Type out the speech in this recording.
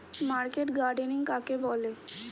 Market gardening কাকে বলে?